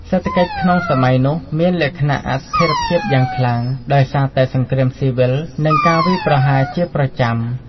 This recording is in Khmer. សេដ្ឋកិច្ចក្នុងសម័យនោះមានលក្ខណៈអស្ថិរភាពយ៉ាងខ្លាំង ដោយសារតែសង្គ្រាមស៊ីវិលនិងការវាយប្រហារជាប្រចាំ។